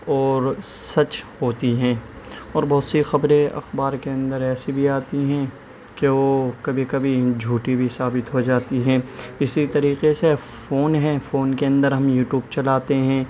اور سچ ہوتی ہیں اور بہت سی خبریں اخبار کے اندر ایسی بھی آتی ہیں کہ وہ کبھی کبھی جھوٹی بھی ثابت ہو جاتی ہیں اسی طریقے سے فون ہیں فون کے اندر ہم یوٹیوب چلاتے ہیں